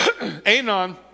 Anon